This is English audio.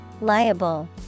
Liable